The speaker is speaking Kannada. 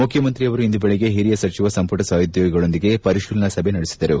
ಮುಖ್ಯಮಂತ್ರಿಯವರು ಇಂದು ಬೆಳಗ್ಗೆ ಹಿರಿಯ ಸಚಿವ ಸಂಪುಟ ಸಹೋದ್ನೋಗಿಳೊಂದಿಗೆ ಪರಿಶೀಲನಾ ಸಭೆ ನಡೆಸಿದರು